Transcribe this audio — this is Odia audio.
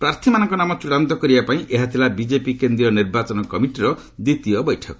ପ୍ରାର୍ଥୀମାନଙ୍କ ନାମ ଚୂଡ଼ାନ୍ତ କରିବା ପାଇଁ ଏହା ଥିଲା ବିଜେପି କେନ୍ଦ୍ରୀୟ ନିର୍ବାଚନ କମିଟିର ଦ୍ୱିତୀୟ ବୈଠକ